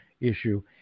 issue